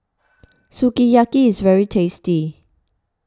Sukiyaki is very tasty